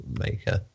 maker